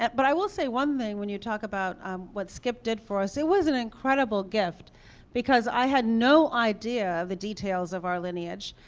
but i will say one thing, when you talk about um what skip did for us. it was an incredible gift because i had no idea the details of our lineage.